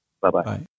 Bye-bye